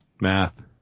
math